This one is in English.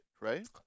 right